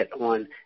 on